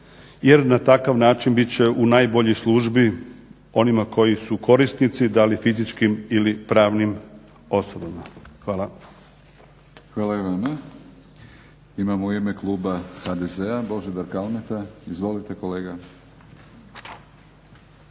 jer na takav način bit će u najboljoj službi onima koji su korisnici, da li fizičkim ili pravnim osobama. Hvala. **Batinić, Milorad (HNS)** Hvala i vama. Imamo u ime kluba HDZ-a Božidar Kalmeta. Izvolite kolega.